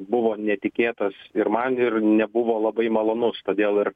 buvo netikėtas ir man ir nebuvo labai malonus todėl ir